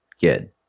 Good